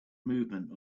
movement